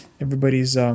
Everybody's